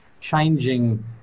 changing